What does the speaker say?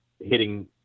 hitting